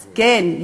אז כן,